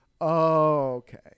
okay